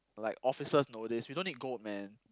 like officers know this we don't need gold man